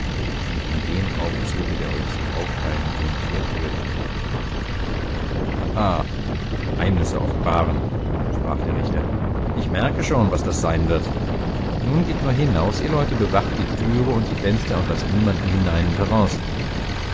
das mich in dem aufzuge der euch so auffallend dünkt herführt ha ha geheimnisse offenbaren sprach der richter ich merke schon was das sein wird nun geht nur hinaus ihr leute bewacht die türe und die fenster und laßt niemanden hinein und heraus